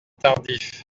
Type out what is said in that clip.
tardif